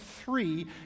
three